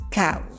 cow